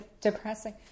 depressing